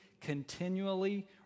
continually